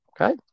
okay